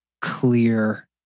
clear